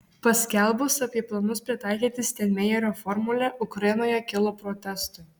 paskelbus apie planus pritaikyti steinmeierio formulę ukrainoje kilo protestai